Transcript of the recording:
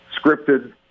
scripted